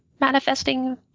manifesting